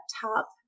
top